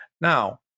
Now